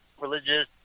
religious